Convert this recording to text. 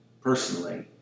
personally